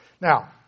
Now